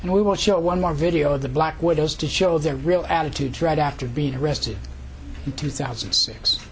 and we will show one more video of the black widows to show their real attitude right after being arrested two thousand six